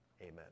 Amen